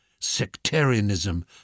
sectarianism